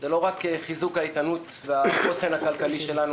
זה לא רק חיזוק האיתנות והחוסן הכלכלי שלנו,